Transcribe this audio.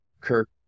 Kirk